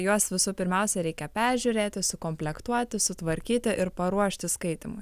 juos visų pirmiausia reikia peržiūrėti sukomplektuoti sutvarkyti ir paruošti skaitymui